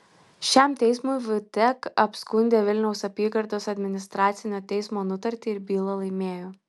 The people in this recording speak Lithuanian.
šiam teismui vtek apskundė vilniaus apygardos administracinio teismo nutartį ir bylą laimėjo